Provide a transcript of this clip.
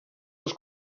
les